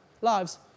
lives